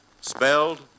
spelled